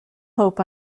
hope